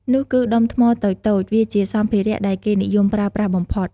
នោះគឺដុំថ្មតូចៗ វាជាសម្ភារៈដែលគេនិយមប្រើប្រាស់បំផុត។